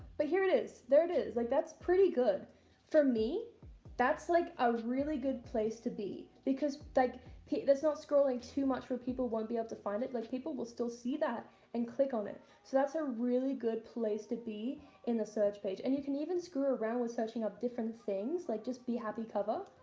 but here it is there it is like that's pretty good for me that's like a really good place to be because like that's not scrolling too much where people won't be able to find it like people will still see that and click on it so that's a really good place to be in the search page and you can even screw around with searching up different things like just be happy cover